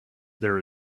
there